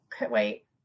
Wait